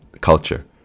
culture